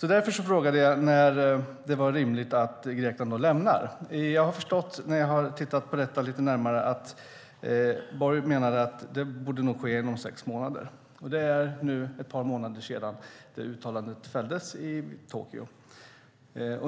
Därför frågade jag när det var rimligt att Grekland lämnar detta. Jag har förstått när jag har tittat på detta lite närmare att Borg har menat att det nog borde ske inom sex månader - och det är nu ett par månader sedan det uttalandet fälldes i Tokyo.